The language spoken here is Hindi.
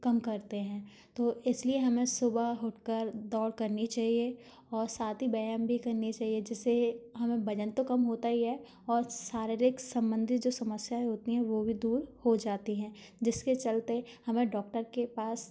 कम करते हैं तो इसलिए हमें सुबह उठकर दौड़ करनी चाहिए और साथ ही व्यायाम भी करनी चाहिए जिससे हमारा वज़न तो कम होता ही है और शारीरिक संबंधी जो समस्याएँ होती हैं वह भी दूर हो जाती हैं जिसके चलते हमें डॉक्टर के पास